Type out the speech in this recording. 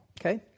okay